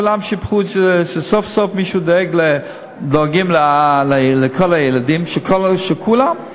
כולם שיבחו שסוף-סוף מישהו דואג לכל הילדים של כולם.